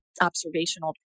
observational